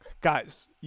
guys